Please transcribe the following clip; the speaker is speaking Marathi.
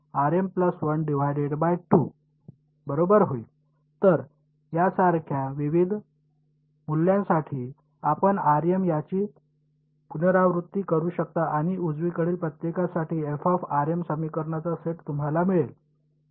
तर यासारख्या विविध मूल्यांसाठी आपण याची पुनरावृत्ती करू शकता आणि उजवीकडील प्रत्येकासाठी समीकरणाचा सेट तुम्हाला मिळेल